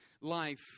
life